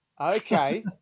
okay